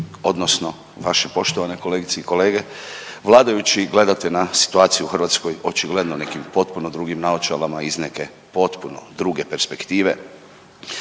odnosno vaše poštovane kolegice i kolege vladajući gledate na situaciju u Hrvatskoj očigledno nekim potpuno drugim naočalama iz neke potpuno druge perspektive.